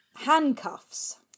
handcuffs